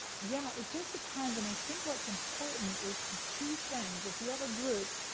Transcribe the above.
yeah, it just depends, and i think what's important, is to two things, if you have a group,